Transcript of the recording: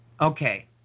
Okay